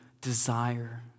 desire